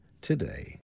Today